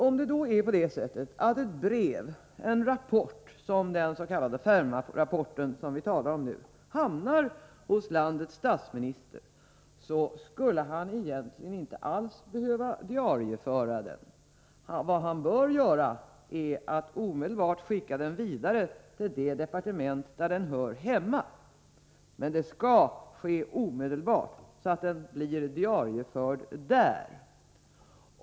Om ett brev eller en rapport, som den s.k. Fermrapporten, vilken vi nu talar om, hamnar hos landets statsminister behöver han egentligen inte alls diarieföra handlingen. Han bör i stället omedelbart skicka den vidare till det departement där den hör hemma. Men det skall naturligtvis ske omedelbart, så att den blir diarieförd där.